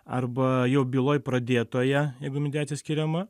arba jau byloj pradėtoje jeigu mediacija skiriama